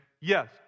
Yes